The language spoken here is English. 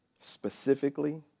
Specifically